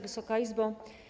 Wysoka Izbo!